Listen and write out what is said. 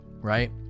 Right